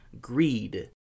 greed